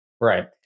Right